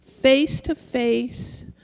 face-to-face